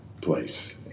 place